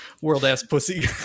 World-ass-pussy